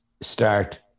start